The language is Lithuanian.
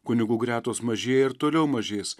kunigų gretos mažėja ir toliau mažės